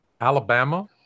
Alabama